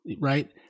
right